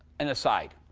and a side.